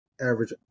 average